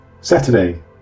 Saturday